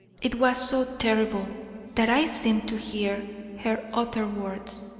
it was so terrible that i seemed to hear her utter words,